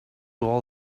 all